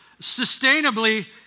sustainably